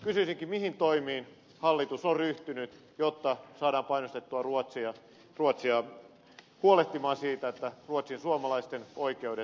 kysyisinkin mihin toimiin hallitus on ryhtynyt jotta saadaan painostettua ruotsia huolehtimaan siitä että ruotsinsuomalaisten oikeudet toteutetaan